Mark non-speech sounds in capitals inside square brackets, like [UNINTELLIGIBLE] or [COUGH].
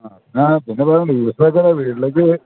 ആ പിന്നെ വേറൊന്നുണ്ട് [UNINTELLIGIBLE]